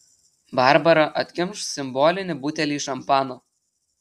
barbara atkimš simbolinį butelį šampano